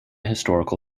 historical